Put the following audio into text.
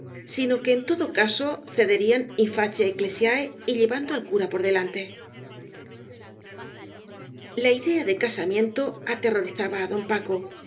sino que en todo caso cederían in facie eclesice y llevando al cura por delante la idea de casamiento aterrorizaba á don paco